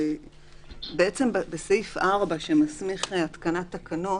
בעצם בסעיף 4 שמסמיך התקנת תקנות